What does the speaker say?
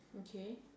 okay